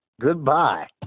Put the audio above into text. goodbye